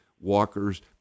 Walker's